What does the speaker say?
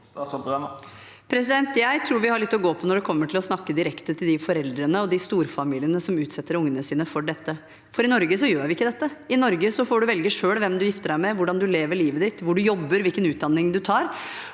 Tonje Brenna Jeg tror vi har litt å gå på når det gjelder å snakke direkte til de foreldrene og de storfamiliene som utsetter ungene sine for dette, for i Norge gjør vi ikke dette. I Norge får du selv velge hvem du gifter deg med, hvordan du lever livet ditt, hvor du jobber, hvilken utdanning du tar.